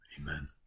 amen